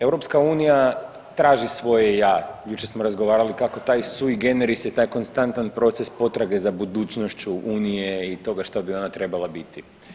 EU traži svoje ja, jučer smo razgovarali kako taj sui generis taj konstantan proces potrage za budućnošću unije i toga što bi ona trebala biti.